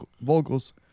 vocals